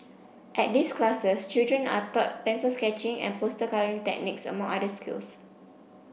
at these classes children are taught pencil sketching and poster colouring techniques among other skills